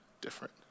different